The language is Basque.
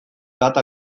data